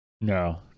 No